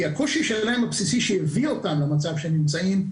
כי הקושי שלהם הבסיסי שהביא אותם למצב שהם נמצאים,